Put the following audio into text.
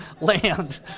Land